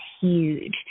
huge